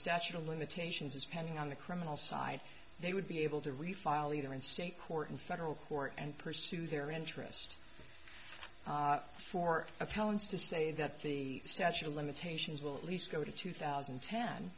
statute of limitations is pending on the criminal side they would be able to refile either in state court in federal court and pursue their interest for appellants to say that the statute of limitations will at least go to two thousand